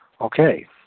Okay